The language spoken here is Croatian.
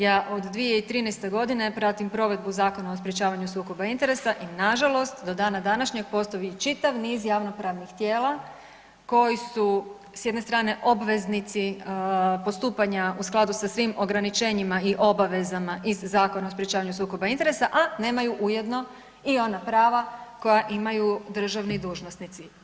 Ja od 2013. godine pratim provedbu Zakona o sprječavanju sukoba interesa i nažalost do dana današnjeg postoji čitav niz javnopravnih tijela koji su jedne strane obveznici postupanja u skladu sa svim ograničenjima i obavezama iz Zakona o sprječavanju sukoba interesa, a nemaju ujedno i ona prava koja imaju državni dužnosnici.